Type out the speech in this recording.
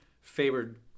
favored